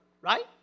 right